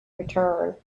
return